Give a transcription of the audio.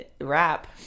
rap